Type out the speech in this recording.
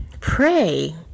pray